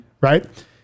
right